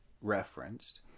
referenced